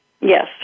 Yes